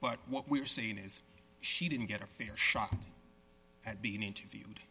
but what we're saying is she didn't get a fair shot at being interviewed